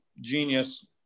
genius